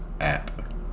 app